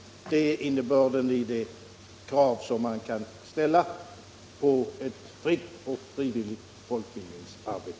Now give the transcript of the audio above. Det är innebörden i de krav som man kan ställa på ett fritt och frivilligt folkbildningsarbete.